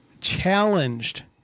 challenged